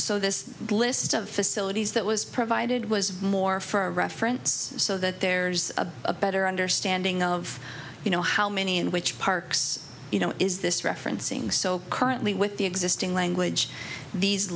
so this list of facilities that was provided was more for reference so that there's a better understanding of you know how many in which parks you know is this referencing so currently with the existing language these